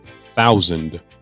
thousand